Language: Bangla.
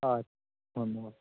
আচ্ছা ধন্যবাদ